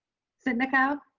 sitnikau?